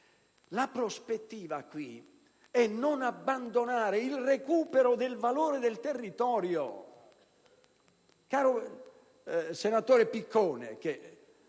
La prospettiva è quella di non abbandonare il recupero del valore del territorio. Caro senatore Piccone,